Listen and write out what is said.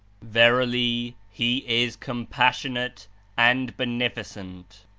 verily, he is compassionate and beneficent!